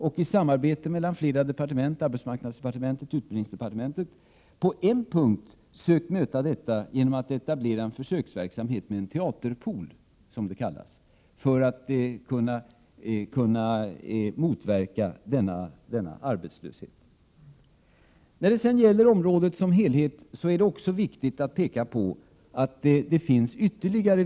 När det gäller området som helhet är det viktigt att även peka på att det finns vissa ytterligare anslag som omfattar de fria gruppernas verksamhet.